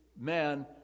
man